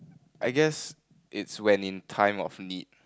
I guess it's when in time of need